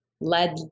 led